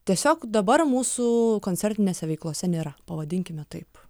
tiesiog dabar mūsų koncertinėse veiklose nėra pavadinkime taip